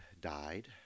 died